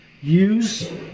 use